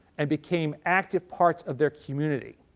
and became active parts of their community.